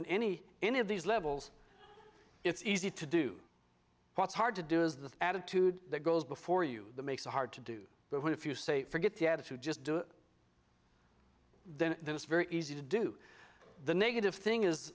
in any any of these levels it's easy to do what's hard to do is the attitude that goes before you make so hard to do but when if you say forget the attitude just do it then it's very easy to do the negative thing is